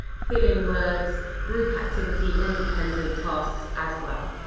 fill in words, group activity, independent tasks as well.